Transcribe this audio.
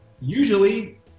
usually